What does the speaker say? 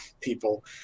people